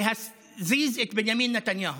להזיז את בנימין נתניהו.